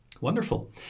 Wonderful